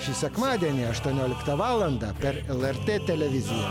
šį sekmadienį aštuonioliktą valandą per lrt televiziją